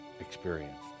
experienced